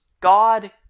God